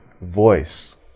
voice